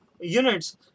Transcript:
units